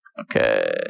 Okay